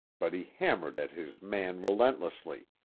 but he hammered at his man relentlessly,